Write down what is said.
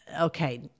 Okay